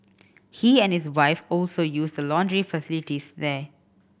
he and his wife also use the laundry facilities there